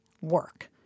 work